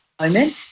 moment